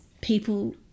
people